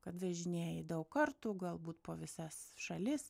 kad vežinėji daug kartų galbūt po visas šalis